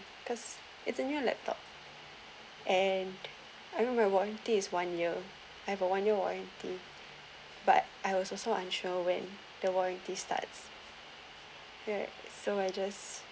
cause it's a new laptop and I mean my warranty is one year I have a one year warranty but I was also unsure when the warranty starts right so I just